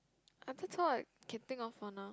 I still thought like camping or wanna